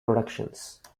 productions